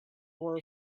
for